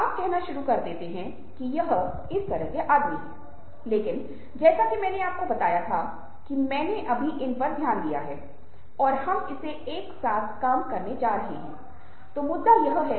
आप देखते हैं कि यदि आप इनमें से कुछ भावनाओं को देख रहे हैं तो भावनाओं के इन प्रकार के व्यापक विस्तृत सरणी अभी भी भावनाओं के अन्य निश्चित रूप हैं